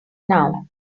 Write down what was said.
now